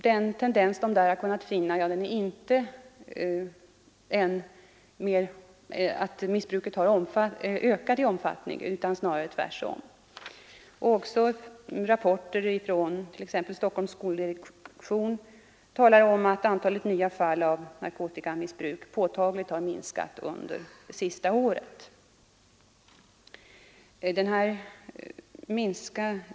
Den tendens man där har kunnat finna är inte att missbruket har ökat i omfattning utan snarare tvärtom. Även rapporter från t.ex. Stockholms skoldirektion talar om att antalet nya fall av narkotikamissbruk påtagligt minskat under det senaste året.